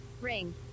ring